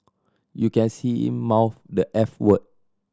you can see him mouth the eff word